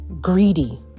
greedy